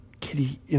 Kitty